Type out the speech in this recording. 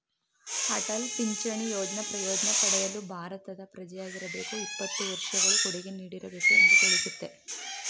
ಅಟಲ್ ಪಿಂಚಣಿ ಯೋಜ್ನ ಪ್ರಯೋಜ್ನ ಪಡೆಯಲು ಭಾರತದ ಪ್ರಜೆಯಾಗಿರಬೇಕು ಇಪ್ಪತ್ತು ವರ್ಷಗಳು ಕೊಡುಗೆ ನೀಡಿರಬೇಕು ಎಂದು ತಿಳಿಸುತ್ತೆ